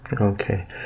Okay